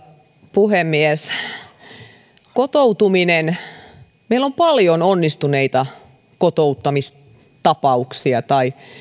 puhemies kotoutumisesta meillä on paljon onnistuneita kotouttamistapauksia tai